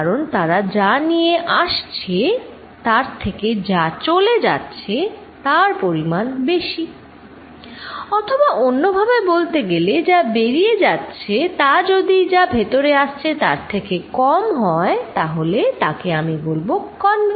কারণ তারা যা নিয়ে আসছে তার থেকে যা চলে যাচ্ছে তার পরিমান বেশি অথবা অন্যভাবে বলতে গেলে যা বেরিয়ে যাচ্ছে তা যদি যা ভেতরে আসছে তার থেকে কম হয় তাহলে তাকে আমি বলবো কনভারজেন্ট